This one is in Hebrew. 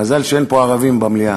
מזל שאין פה ערבים במליאה.